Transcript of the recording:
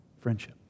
friendship